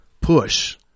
push